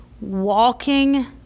walking